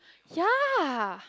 ya